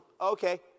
Okay